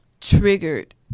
triggered